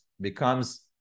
becomes